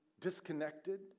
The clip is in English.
disconnected